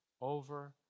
over